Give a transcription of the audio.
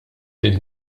lin